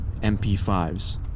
MP5s